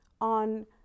on